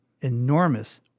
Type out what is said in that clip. enormous